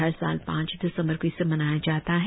हर साल पांच दिसंबर को इसे मनाया जाता है